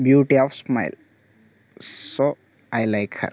beauty of smile so I like her